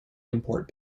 import